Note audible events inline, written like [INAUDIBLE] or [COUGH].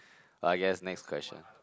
[BREATH] but I guess next question